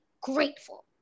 grateful